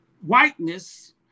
whiteness